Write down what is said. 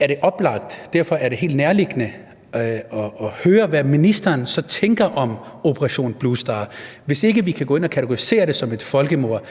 er det oplagt, og derfor er det helt nærliggende at høre, hvad ministeren så tænker om »Operation Blue Star«, hvis ikke vi kan gå ind og kategorisere det som et folkemord.